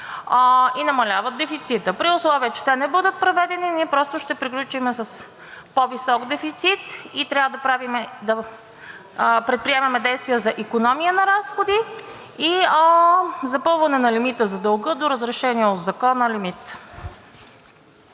и намаляват дефицита. При условие че те не бъдат преведени, ние ще приключим с по-висок дефицит и трябва да предприемам действия за икономия на разходи и запълване на лимита за дълга до разрешения от Закона лимит.